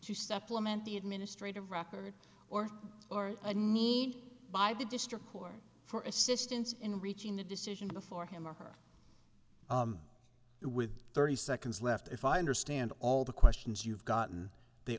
supplement the administrative record or or a need by the district court for assistance in reaching the decision before him or her it with thirty seconds left if i understand all the questions you've gotten the